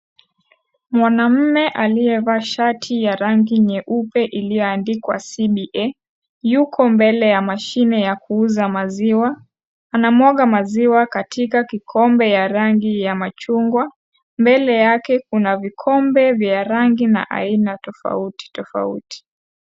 Mwanaume aliyevaa shati ya rangi nyeupe iliyoandikwa (cs)CBA(cs),yuko mbele ya mashine ya kuuza maziwa. Anamwaga maziwa katika kikombe ya rangi ya machungwa. Mbele yake kuna vikombe vya rangi na aina tofauti.